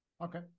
Okay